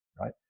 right